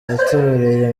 yatoreye